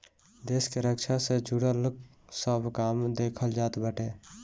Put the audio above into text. देस के रक्षा से जुड़ल सब काम देखल जात बाटे